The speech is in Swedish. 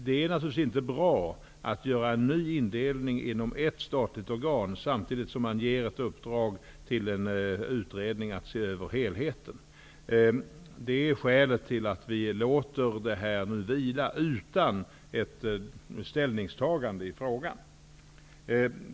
Det är naturligtvis inte bra att göra en ny indelning inom ett statligt organ samtidigt som man ger ett uppdrag till en utredning att se över helheten. Det är skälet till att vi nu låter detta vila utan ett ställningstagande i frågan.